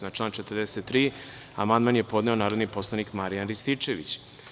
Na član 43. amandman je podneo narodni poslanik Marijan Rističević.